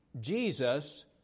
Jesus